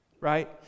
right